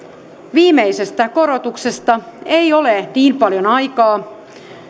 viimeisestä korotuksesta ei ole niin paljon aikaa